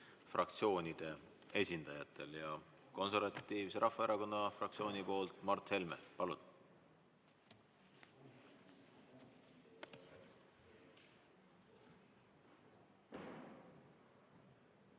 fraktsioonide esindajatel. Konservatiivse Rahvaerakonna fraktsiooni poolt Mart Helme, palun!